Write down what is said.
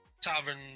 tavern